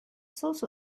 搜索